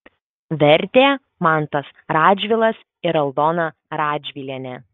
vertė mantas radžvilas ir aldona radžvilienė